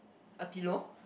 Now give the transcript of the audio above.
a pillow